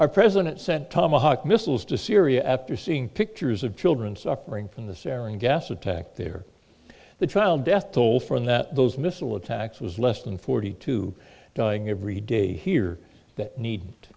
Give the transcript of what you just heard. our president sent tomahawk missiles to syria after seeing pictures of children suffering from the serin gas attack there the trial death toll from that those missile attacks was less than forty two dying every day here that need